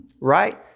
right